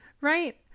Right